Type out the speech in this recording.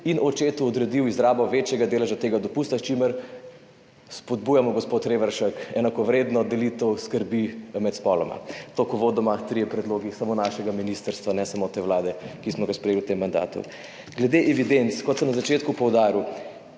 in očetu odredil izrabo večjega deleža tega dopusta, s čimer spodbujamo, gospod Reberšek, enakovredno delitev skrbi med spoloma. Toliko uvodoma. Trije predlogi samo našega ministrstva, ne samo te vlade, ki smo jih sprejeli v tem mandatu. Glede evidenc. Kot sem na začetku poudaril,